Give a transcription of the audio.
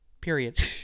Period